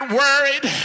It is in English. worried